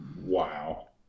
Wow